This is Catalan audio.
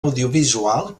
audiovisual